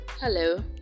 hello